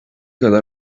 kadar